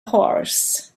horse